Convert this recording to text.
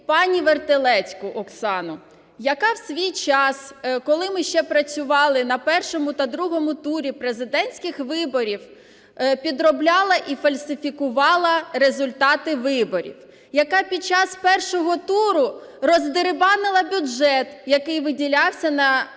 пані Вертилецьку Оксану, яка у свій час, коли ми ще працювали на першому та другому турі президентських виборів, підробляла і фальсифікувала результати виборів. Яка під час першого туру роздерибанила бюджет, який виділявся на